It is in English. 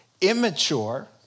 immature